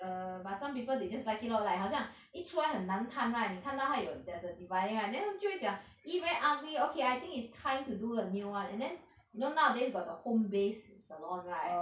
err but some people they just like it lor like 好像一出来很难看 [one] 你看到它有 there's a dividing line then 我就会讲 !ee! very ugly okay I think it's time to do a new [one] and then you know nowadays got the home-based salon right